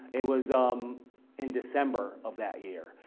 it was um in december of that year.